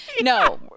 No